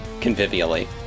convivially